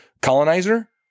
colonizer